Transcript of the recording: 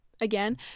again